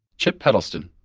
chip hedleston.